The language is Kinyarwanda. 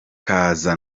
kaza